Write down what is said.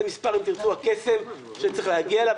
אם תרצו זה מספר הקסם שצריך להגיע אליו,